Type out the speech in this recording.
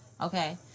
okay